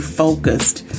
focused